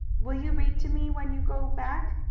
will you read to me when you go back?